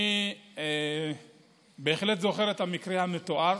אני בהחלט זוכר את המקרה המתואר.